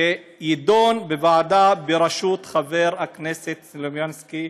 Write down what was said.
שהוא יידון בוועדה בראשות חבר הכנסת סלומינסקי,